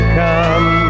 come